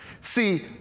See